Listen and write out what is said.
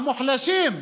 המוחלשים,